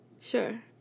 Sure